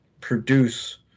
produce